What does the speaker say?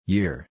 Year